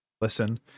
listen